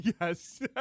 Yes